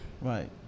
Right